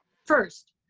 first,